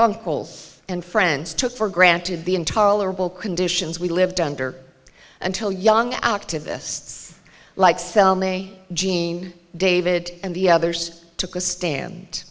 uncles and friends took for granted the intolerable conditions we lived under until young activists like sell me jean david and the others took a stand